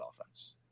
offense